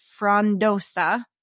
frondosa